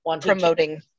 promoting